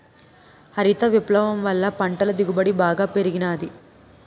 హరిత విప్లవం వల్ల పంటల దిగుబడి బాగా పెరిగినాది